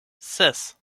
ses